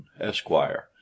Esquire